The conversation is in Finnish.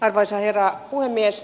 arvoisa herra puhemies